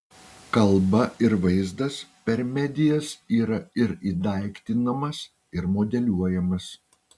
kalba ir vaizdas per medijas yra ir įdaiktinamas ir modeliuojamas